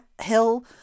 Hill